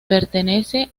pertenece